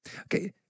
Okay